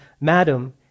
Madam